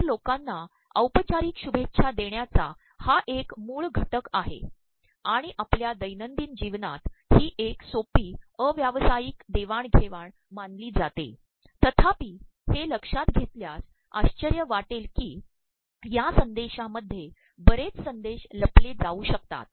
इतर लोकांना औपचाररक शुभेच्छा देण्याचा हा एक मूळ घिक आहे आणण आपल्या दैनंद्रदन जीवनात ही एक सोपी अव्यवसातयक देवाणघेवाण मानली जाते तर्ाप्रप हे लक्षात घेतल्यास आश्चयय वािेल की या संदेशामध्ये बरेच संदेश लपले जाऊ शकतात